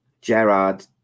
gerard